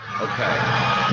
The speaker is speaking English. Okay